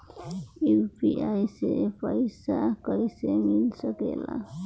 UPI से पइसा कईसे मिल सके ला?